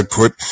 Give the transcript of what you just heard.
put